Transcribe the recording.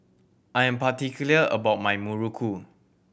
I am particular about my Muruku